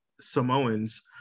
Samoans